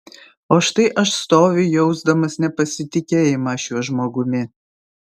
o štai aš stoviu jausdamas nepasitikėjimą šiuo žmogumi